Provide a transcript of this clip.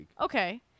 Okay